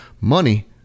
money